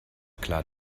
klar